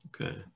Okay